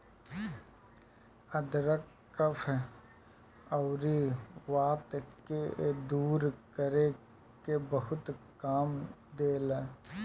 अदरक कफ़ अउरी वात के दूर करे में बड़ा काम देला